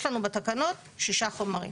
יש לנו בתקנות שישה חומרים.